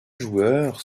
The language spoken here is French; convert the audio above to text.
joueurs